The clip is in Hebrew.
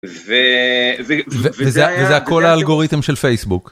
ו וזה זה הכל האלגוריתם של פייסבוק.